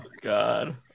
God